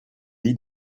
lit